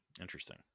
interesting